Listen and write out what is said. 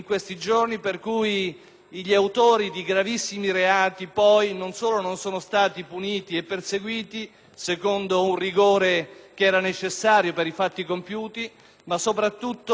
gli autori di gravissimi reati non solo non sono stati puniti e perseguiti secondo un rigore necessario in relazione ai fatti compiuti, ma soprattutto non si sono